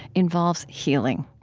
involves healing.